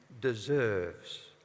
deserves